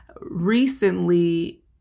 recently